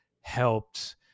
helped